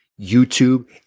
YouTube